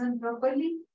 properly